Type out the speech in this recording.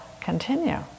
continue